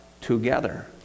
together